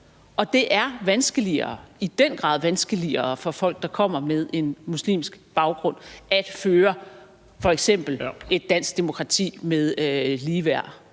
og det er vanskeligere, i den grad vanskeligere, for folk, der kommer med en muslimsk baggrund at føre f.eks. et dansk demokrati med ligeværd